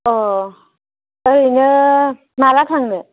अ ओरैनो माला थांनो